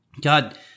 God